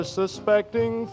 suspecting